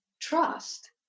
trust